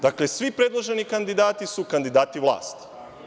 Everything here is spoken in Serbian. Dakle, svi predloženi kandidati su kandidati vlasti.